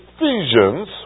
Ephesians